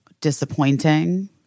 disappointing